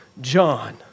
John